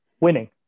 winning